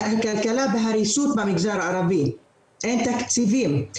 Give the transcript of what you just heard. הכלכלה בהריסה במגזר הערבי, אין תקציבים.